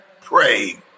pray